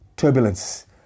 Turbulence